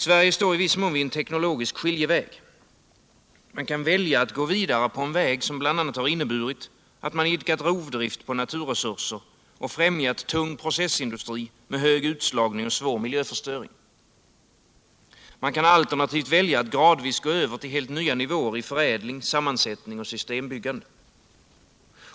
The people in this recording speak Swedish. Sverige står i viss mån vid en teknologisk skiljeväg. Man kan välja att gå vidare på en väg som bl.a. har inneburit att man har idkat rovdrift på naturresurser och främjat tung processindustri med hög utslagning och svår miljöförstöring. Man kan alternativt välja att gradvis gå över till helt nya nivåer i förädling, sammansättning och systembyggande.